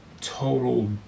total